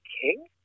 king